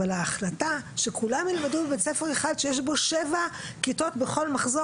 אבל ההחלטה שכולם ילמדו בבית ספר אחד שיש בו 7 כיתות בכל מחזור?